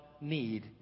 need